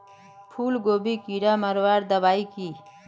फूलगोभीत कीड़ा मारवार दबाई की?